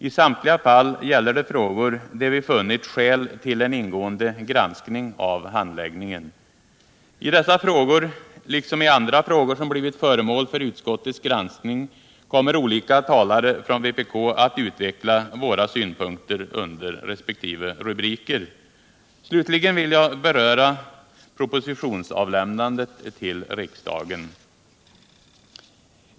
I samtliga fall gäller det frågor där vi funnit skäl till en ingående granskning av handläggningen. I dessa frågor liksom i andra frågor som blivit föremål för utskottets granskning kommer olika talare från vpk att utveckla våra synpunkter under resp. rubriker. Slutligen vill jag beröra propositionsavlämnandet till riksdagen.